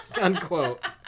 Unquote